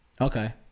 Okay